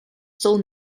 still